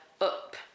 up